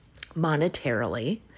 monetarily